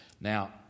now